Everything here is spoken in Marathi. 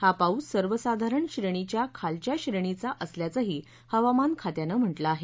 हा पाऊस सर्वसाधारण श्रेणीच्या खालच्या श्रेणीचा असल्याचंही हवामानखात्यानं म्हटलं आहे